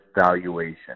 valuation